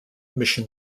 mission